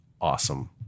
Awesome